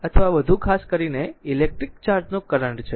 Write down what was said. current અથવા વધુ ખાસ કરીને ઇલેક્ટ્રિક ચાર્જનો કરંટ છે